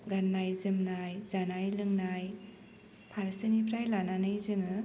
गान्नाय जोमनाय जानाय लोंनाय फारसेनिफ्राय लानानै जोङो